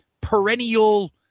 perennial